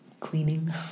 cleaning